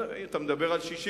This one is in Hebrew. רוב של 61. אתה מדבר על 61,